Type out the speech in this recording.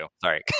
Sorry